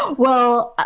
well,